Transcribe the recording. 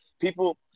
people